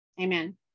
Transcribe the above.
Amen